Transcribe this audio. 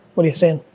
what are you saying?